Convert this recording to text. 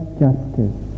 justice